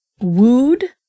wooed